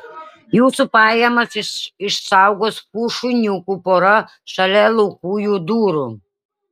jūsų pajamas išsaugos fu šuniukų pora šalia laukujų durų